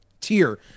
tier